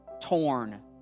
torn